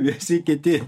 visi kiti